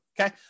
okay